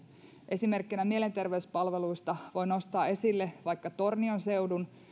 esimerkkinä mielenterveyspalveluista voin nostaa esille vaikka tornion seudun